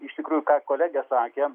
iš tikrųjų ką kolegė sakė